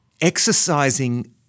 exercising